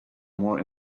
more